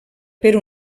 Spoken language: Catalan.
per